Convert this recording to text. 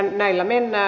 näillä mennään